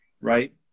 right